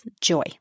joy